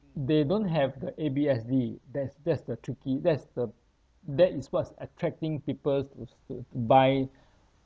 they don't have the A_B_S_D that's that's the tricky that's the that is what's attracting peoples to to buy